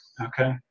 Okay